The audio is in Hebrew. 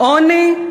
עוני.